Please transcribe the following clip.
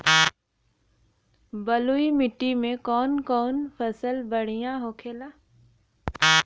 बलुई मिट्टी में कौन कौन फसल बढ़ियां होखेला?